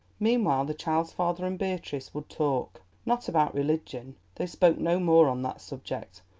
meanwhile the child's father and beatrice would talk not about religion, they spoke no more on that subject,